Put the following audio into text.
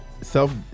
self